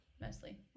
mostly